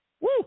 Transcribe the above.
Woo